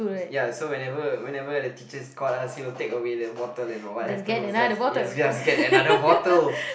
ya so whenever whenever the teachers caught us they will take away the bottle and what happen was just ya just get another bottle